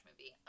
movie